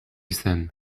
zen